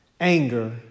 Anger